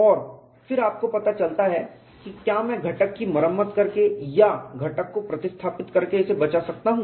और फिर आपको पता चलता है कि क्या मैं घटक की मरम्मत करके या घटक को प्रतिस्थापित करके इसे बचा सकता हूं